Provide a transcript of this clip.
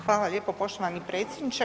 Hvala lijepo poštovani predsjedniče.